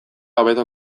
hobeto